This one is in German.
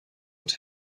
und